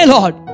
Lord